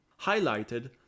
highlighted